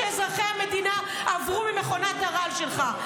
תתנצל על כל מה שאזרחי המדינה עברו ממכונת הרעל שלך.